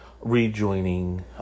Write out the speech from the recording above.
rejoining